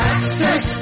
Access